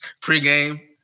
pregame